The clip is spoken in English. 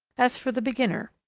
as for the beginner.